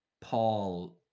Paul